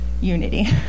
unity